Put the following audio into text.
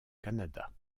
canada